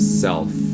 self